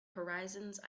horizons